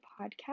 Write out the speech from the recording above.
podcast